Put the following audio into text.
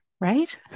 right